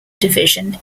division